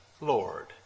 Lord